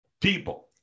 People